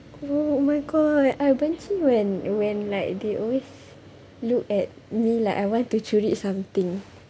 oh oh my god I benci when when like they always look at me like I want to curi something